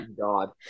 god